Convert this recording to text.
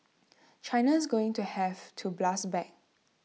China is going to have to blast back